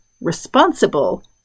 responsible